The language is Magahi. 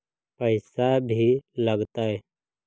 पैसा भी लगतय?